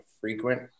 frequent